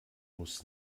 muss